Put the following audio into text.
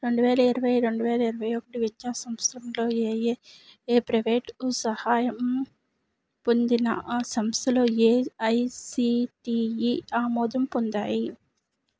రెండు వేల ఇరవై రెండు వేల ఇరవై ఒకటి విద్యా సంవత్సరంలో ఏయే ఏ ప్రెవేట్ సహాయం పొందిన ఆ సంస్థలు ఏఐసిటిఈ ఆమోదం పొందాయి